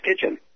Kitchen